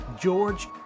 George